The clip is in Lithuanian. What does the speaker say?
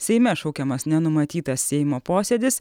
seime šaukiamas nenumatytas seimo posėdis